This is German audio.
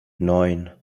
neun